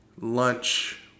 lunch